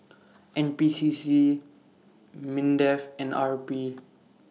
N P C C Mindef and R P